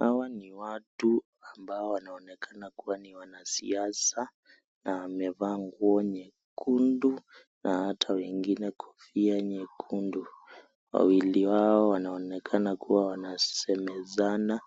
Hawa ni watu ambao wanaonekana kuwa ni wanasiasa na wamevaa nguo nyekundu na ata wengine kofia nyekundu. Wawili wao wanaonekana kuwa wanasemezana.